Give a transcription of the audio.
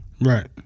Right